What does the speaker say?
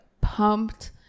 pumped